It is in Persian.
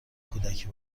کودکی